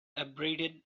abraded